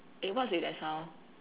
eh what's with that sound